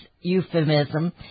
euphemism